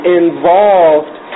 involved